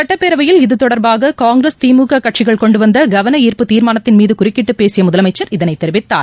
சுட்டப்பேரவையில் இதுதொடர்பாககாங்கிரஸ் திமுககட்சிகள் கொண்டுவந்தகவனார்ப்பு தீர்மானத்தின் மீது குறுக்கிட்டுப் பேசியமுதலமைச்சர் இதனைத் தெரிவித்தார்